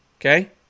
Okay